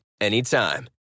anytime